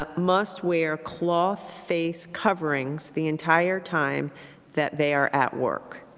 ah must wear cloth face coverings the entire time that they are at work.